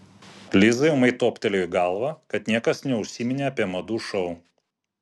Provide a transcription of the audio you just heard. lizai ūmai toptelėjo į galvą kad niekas neužsiminė apie madų šou